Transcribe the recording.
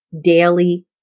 daily